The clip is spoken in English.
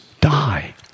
die